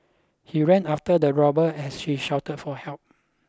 he ran after the robber as she shouted for help